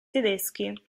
tedeschi